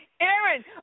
Aaron